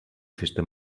festes